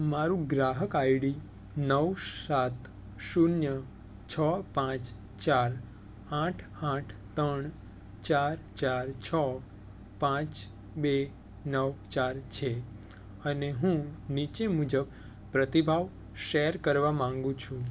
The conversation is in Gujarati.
મારું ગ્રાહક આઈડી નવ સાત શૂન્ય છ પાંચ ચાર આઠ આઠ ત્રણ ચાર ચાર છ પાંચ બે નવ ચાર છે અને હું નીચે મુજબ પ્રતિભાવ શેર કરવા માંગુ છું